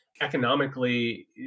economically